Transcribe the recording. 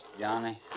Johnny